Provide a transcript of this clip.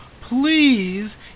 please